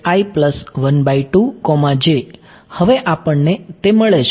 હવે આપણને તે મળે છે